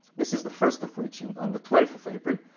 this is the first of which, and on the twelfth of april.